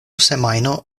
semajno